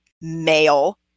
male